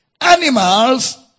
Animals